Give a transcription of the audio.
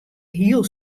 heel